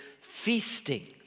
feasting